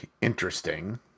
interesting